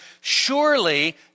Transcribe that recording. Surely